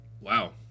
Wow